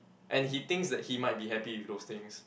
and he thinks that he might be happy with those things